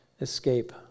escape